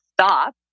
stop